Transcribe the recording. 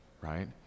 right